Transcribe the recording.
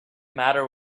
matter